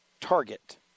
Target